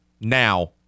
Now